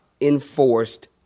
enforced